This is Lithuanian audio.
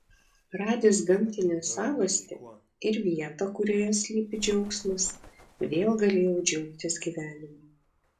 radęs gamtinę savastį ir vietą kurioje slypi džiaugsmas vėl galėjau džiaugtis gyvenimu